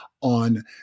on